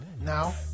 now